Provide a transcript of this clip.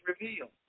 revealed